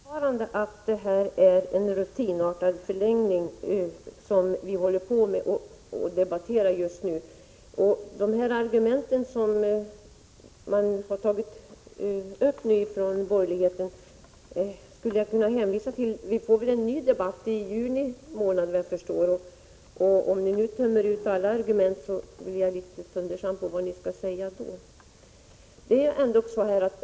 Herr talman! Jag hävdar fortfarande att det vi debatterar just nu är en rutinartad förlängning av valutaregleringen. Med anledning av de argument som nu har förts fram av borgerligheten kan jag hänvisa till att vi efter vad jag förstår kommer att få tillfälle att föra en ny debatt i juni månad. Om ni nu för fram alla era argument har ni ju ingenting att säga då.